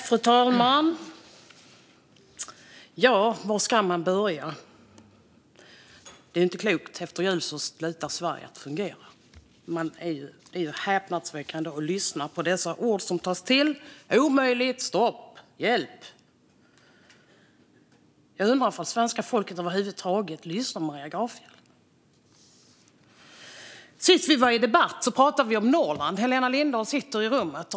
Fru talman! Ja, var ska man börja? Detta är inte klokt. Efter jul slutar Sverige fungera. Omöjligt! Stopp! Hjälp! Det är häpnadsväckande att lyssna på dessa ord som tas till. Jag undrar om svenska folket över huvud taget lyssnar på Maria Gardfjell. Sist vi var i debatt pratade vi om Norrland; Helena Lindahl sitter i salen.